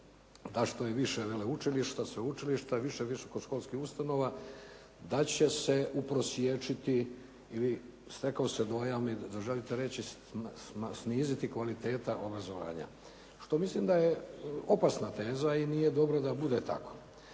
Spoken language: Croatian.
da što je više veleučilišta, sveučilišta, više visokoškolskih ustanova da će se uprosječiti ili stekao sam dojam da želite reći sniziti kvaliteta ova zvanja, što mislim da je opasna teza i nije dobro da bude tako.